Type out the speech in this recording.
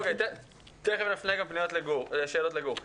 אוקיי, תכף נפנה גם שאלות לגור.